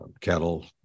cattle